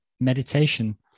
meditation